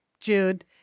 Jude